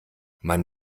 man